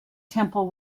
temple